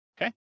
Okay